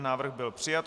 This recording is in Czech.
Návrh byl přijat.